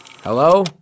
Hello